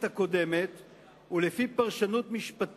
הרשויות